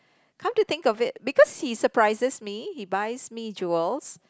come to think of it because he surprises me he buys me jewels